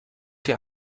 dir